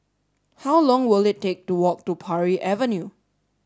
how long will it take to walk to Parry Avenue